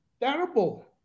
terrible